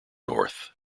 north